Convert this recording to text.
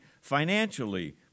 financially